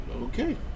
Okay